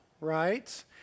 right